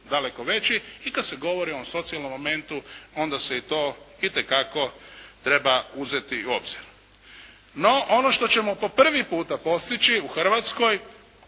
daleko veći i kad se govori o ovom socijalnom momentu onda se to itekako treba uzeti u obzir. No, ono što ćemo po prvi puta postići u Hrvatskoj